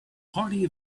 party